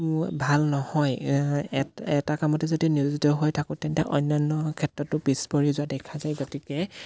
ভাল নহয় এটা কামতে যদি নিয়োজিত হৈ থাকোঁ তেন্তে অন্যান্য ক্ষেত্ৰতো পিছ পৰি যোৱা দেখা যায় গতিকে